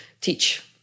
teach